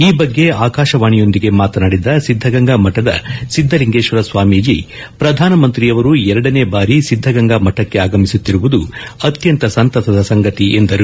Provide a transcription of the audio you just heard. ಈ ಬಗ್ಗೆ ಆಕಾಶವಾಣಿಯೊಂದಿಗೆ ಮಾತನಾಡಿದ ಸಿದ್ದಗಂಗಾ ಮಠದ ಸಿದ್ದಲಿಂಗೇಶ್ವರ ಸ್ವಾಮೀಜಿ ಪ್ರಧಾನಮಂತ್ರಿಯವರು ಎರಡನೇ ಬಾರಿ ಸಿದ್ದಗಂಗಾ ಮಠಕ್ಕೆ ಆಗಮಿಸುತ್ತಿರುವುದು ಅತ್ಯಂತ ಸಂತಸದ ಸಂಗತಿ ಎಂದರು